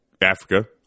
Africa